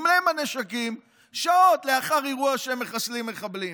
להם הנשקים שעות לאחר אירוע שהם מחסלים מחבלים.